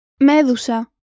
Medusa